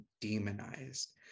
demonized